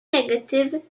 negative